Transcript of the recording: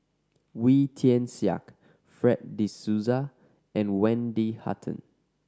Wee Tian Siak Fred De Souza and Wendy Hutton